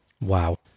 Wow